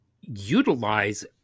utilize